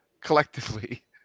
collectively